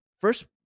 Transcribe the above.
first